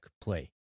play